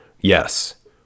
Yes